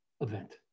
event